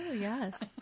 Yes